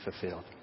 fulfilled